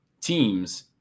teams